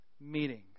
meetings